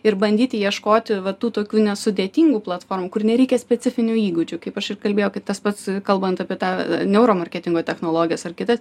ir bandyti ieškoti va tų tokių nesudėtingų platformų kur nereikia specifinių įgūdžių kaip aš ir kalbėjau kaip tas pats kalbant apie tą neuro marketingo technologijas ar kitas